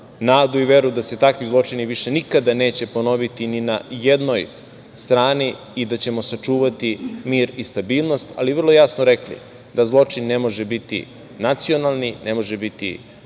nadu i veru da se takvi zločini više nikada neće ponoviti ni na jednoj strani i da ćemo sačuvati mir i stabilnost, ali i vrlo jasno rekli da zločin ne može biti nacionalni, da za zločin